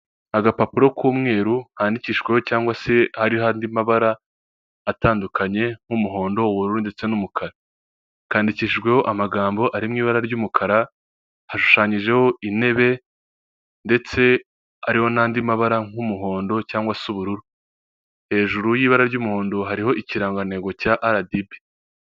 Agapapuro k'umweru handikishwaho cyangwa se hariho andi mabara atandukanye nk'umuhondo'ubururu ndetse n'umukara. Kandikijweho amagambo arimo ibara ry'umukara hashushanyijeho intebe ndetse ariho n'andi mabara nk'umuhondo cyangwag se ubururu, hejuru y'ibara ry'umuhondo hariho ikirangantego cya aradibi.